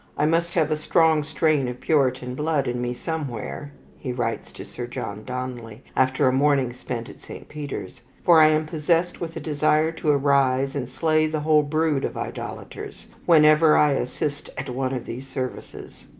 i must have a strong strain of puritan blood in me somewhere, he writes to sir john donnelly, after a morning spent at saint peter's, for i am possessed with a desire to arise and slay the whole brood of idolaters, whenever i assist at one of these services.